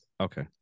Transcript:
Okay